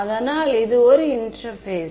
அதனால் இது ஒரு இன்டெர்பேஸ்